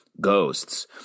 ghosts